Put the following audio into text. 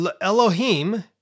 Elohim